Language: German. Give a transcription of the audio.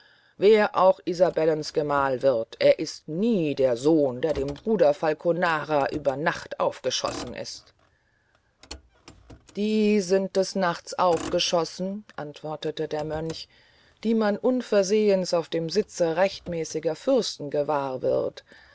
wer auch isabellens gemahl wird es ist nie der sohn der dem bruder falconara über nacht aufgeschossen ist die sind über nacht aufgeschossen antwortete der mönch die man unversehens auf dem sitze rechtmäßiger fürsten gewahr wird